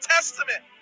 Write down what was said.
Testament